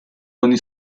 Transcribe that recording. coi